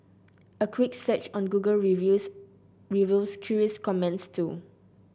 a quick search on Google Reviews reveals curious comments too